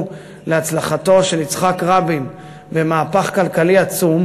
להצלחתו של יצחק רבין במהפך כלכלי עצום,